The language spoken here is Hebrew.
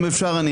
אם אפשר.